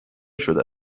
شده